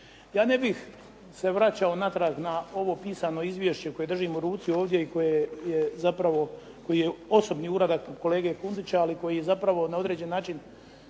Ja ne bih se vraćao natrag na ovo pisano izvješće koje držim u ruci ovdje i koje je zapravo osobni uradak kolege Kundića, ali koji je zapravo na određen način